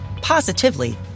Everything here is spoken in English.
positively